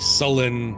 sullen